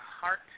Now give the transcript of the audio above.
heart